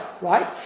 right